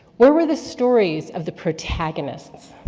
where were the stories of the protagonists?